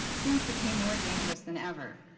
things became more dangerous than ever,